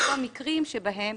כולל המקרים שבהם